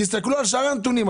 תסתכלו על שאר הנתונים.